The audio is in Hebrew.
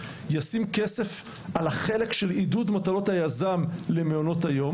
ישים כסף על החלק של עידוד מטלות היזם למעונות היום,